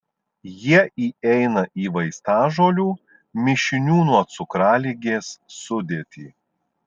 jie įeina į vaistažolių mišinių nuo cukraligės sudėtį